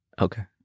Okay